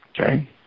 Okay